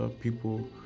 people